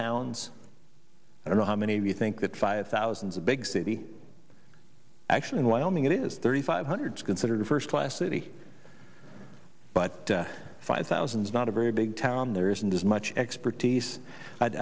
towns i don't know how many of you think that five thousands a big city actually in wyoming is thirty five hundred considered a first class city but five thousand is not a very big town there isn't as much expertise i'd